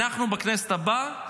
אנחנו בכנסת הבאה